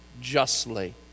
justly